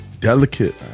delicate